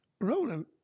Roland